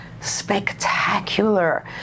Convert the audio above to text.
spectacular